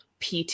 PT